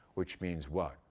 which means what?